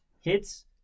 hits